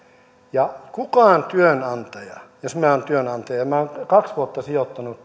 ja kukaan työnantaja jos minä olen työnantaja ja ja minä olen kaksi vuotta sijoittanut